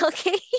Okay